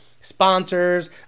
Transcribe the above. sponsors